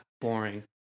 boring